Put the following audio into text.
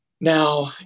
Now